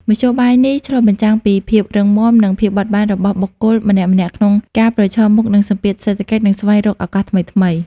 មធ្យោបាយនេះឆ្លុះបញ្ចាំងពីភាពរឹងមាំ និងភាពបត់បែនរបស់បុគ្គលម្នាក់ៗក្នុងការប្រឈមមុខនឹងសម្ពាធសេដ្ឋកិច្ច និងស្វែងរកឱកាសថ្មីៗ។